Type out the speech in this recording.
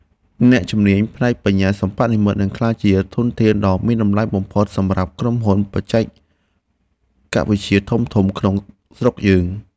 អ្នកជំនាញផ្នែកបញ្ញាសិប្បនិម្មិតនឹងក្លាយជាធនធានដ៏មានតម្លៃបំផុតសម្រាប់ក្រុមហ៊ុនបច្ចេកវិទ្យាធំៗក្នុងស្រុកយើង។